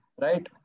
right